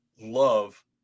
love